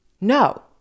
No